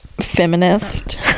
feminist